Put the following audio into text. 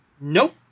Nope